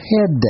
Head